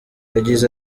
yagize